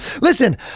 listen